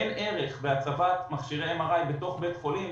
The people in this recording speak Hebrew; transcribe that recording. אין ערך בהצבת מכשירי MRI בתוך בית חולים,